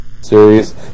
series